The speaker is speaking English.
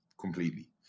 completely